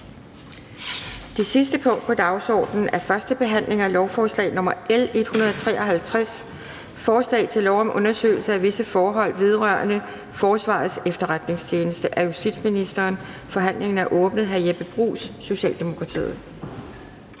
Det sidste punkt på dagsordenen er: 16) 1. behandling af lovforslag nr. L 53: Forslag til lov om undersøgelse af visse forhold vedrørende Forsvarets Efterretningstjeneste. Af justitsministeren (Nick Hækkerup). (Fremsættelse